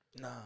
Nah